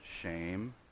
shame